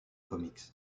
comics